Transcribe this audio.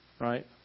Right